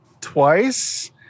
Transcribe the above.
twice